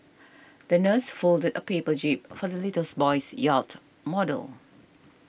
the nurse folded a paper jib for the boy's yacht model